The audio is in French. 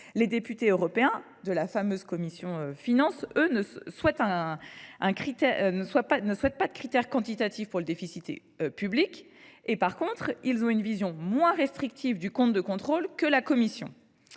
les députés européens de la fameuse commission Finances ne souhaitent pas de critères quantitatifs pour le déficit public. En revanche, ils ont une vision moins restrictive du compte de contrôle que la Commission.